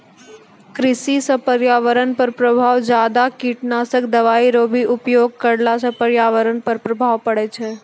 कृषि से पर्यावरण पर प्रभाव ज्यादा कीटनाशक दवाई रो भी उपयोग करला से पर्यावरण पर प्रभाव पड़ै छै